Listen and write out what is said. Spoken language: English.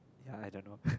ya I don't know